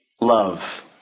love